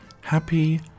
happy